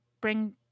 bring